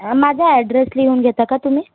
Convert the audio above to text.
माझा ॲड्रेस लिहून घेता का तुम्ही